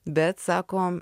bet sako